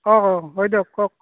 কওক অঁ হয় দিয়ক কওক